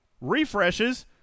Refreshes